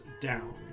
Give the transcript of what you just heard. down